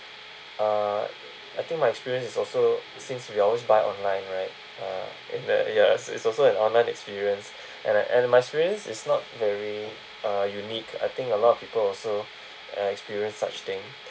uh I think my experience is also since you always buy online right uh and the ya it's also an online experience and I and my experience is not very uh unique I think a lot of people also experience such thing